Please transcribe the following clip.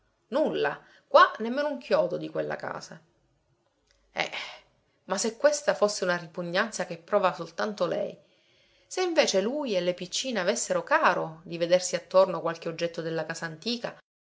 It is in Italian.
nulla qua nemmeno un chiodo di quella casa eh ma se questa fosse una ripugnanza che prova soltanto lei se invece lui e le piccine avessero caro di vedersi attorno qualche oggetto della casa antica